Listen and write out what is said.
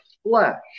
flesh